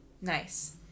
nice